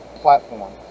platform